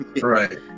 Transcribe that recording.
right